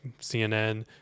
CNN